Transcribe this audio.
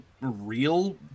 real